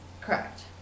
Correct